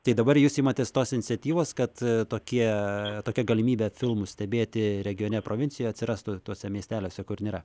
tai dabar jūs imatės tos iniciatyvos kad tokie tokia galimybė filmus stebėti regione provincijoj atsirastų tuose miesteliuose kur nėra